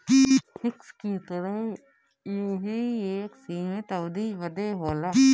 fix के तरह यहू एक सीमित अवधी बदे होला